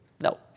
No